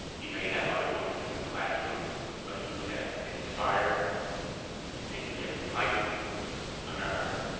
you may have other moments in the classroom but you have inspired and you have enlightened america.